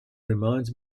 reminds